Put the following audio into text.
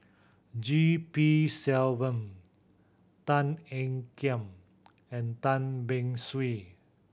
G P Selvam Tan Ean Kiam and Tan Beng Swee